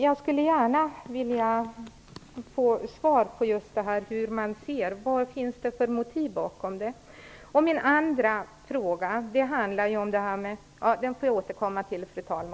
Jag skulle gärna vilja få svar på just denna fråga. Vad finns det för motiv?